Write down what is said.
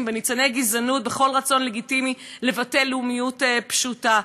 וניצני גזענות בכל רצון לגיטימי לבטא לאומיות פשוטה.